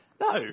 No